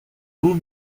vous